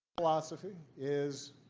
philosophy is